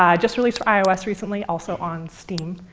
um just released for ios recently, also on steam.